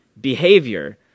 behavior